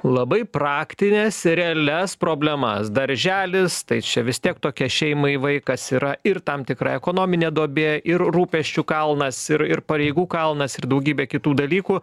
labai praktines realias problemas darželis tai čia vis tiek tokia šeimai vaikas yra ir tam tikra ekonominė duobė ir rūpesčių kalnas ir ir pareigų kalnas ir daugybė kitų dalykų